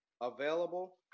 available